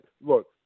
Look